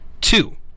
Two